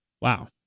Wow